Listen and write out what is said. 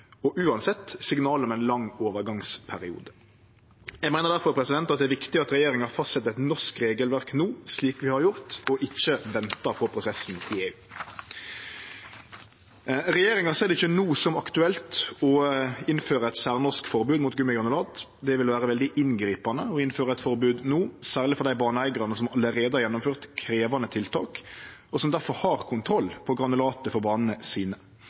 og uansett signal om ein lang overgangsperiode. Eg meiner difor det er viktig at regjeringa fastset eit norsk regelverk no, slik vi har gjort, og ikkje ventar på prosessen i EU. Regjeringa ser det ikkje no som aktuelt å innføre eit særnorsk forbod mot gummigranulat. Det vil vere veldig inngripande å innføre eit forbod no, særleg for dei baneeigarane som allereie har gjennomført krevjande tiltak, og som difor har kontroll på granulatet for banene sine.